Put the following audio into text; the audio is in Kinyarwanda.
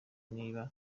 niba